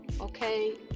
okay